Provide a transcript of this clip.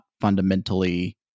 fundamentally